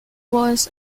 was